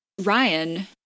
Ryan